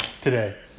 today